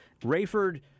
Rayford